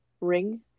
ring